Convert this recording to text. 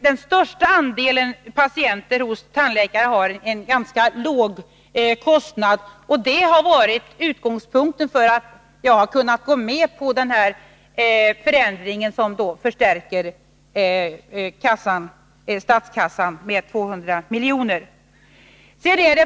Den största andelen patienter hos tandläkarna har en ganska låg kostnad, och det har varit utgångspunkten för att jag har kunnat gå med på den förändring som det innebär att statskassan förstärks med 200 milj.kr.